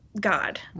God